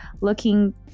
looking